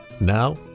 Now